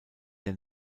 der